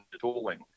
tooling